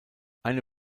eine